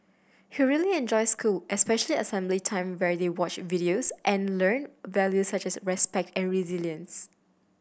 he really enjoys school especially assembly time where they watch videos and learn values such as respect and resilience